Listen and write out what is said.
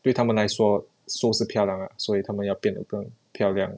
对他们来说说是漂亮啊所以他们要变得更漂亮